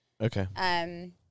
Okay